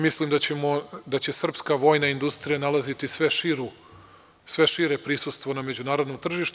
Mislim da će srpska vojna industrija nalaziti sve šire prisustvo na međunarodnom tržištu.